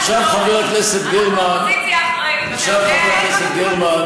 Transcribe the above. עכשיו, חברת הכנסת גרמן, חברת הכנסת גרמן.